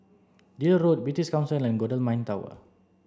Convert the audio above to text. Deal Road British Council and Golden Mile Tower